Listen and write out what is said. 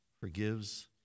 forgives